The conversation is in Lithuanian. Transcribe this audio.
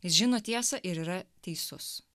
jis žino tiesą ir yra teisus